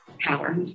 power